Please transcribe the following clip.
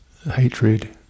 hatred